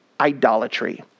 idolatry